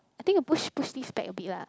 I think you push push this back abit lah